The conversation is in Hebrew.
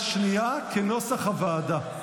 כנוסח הוועדה,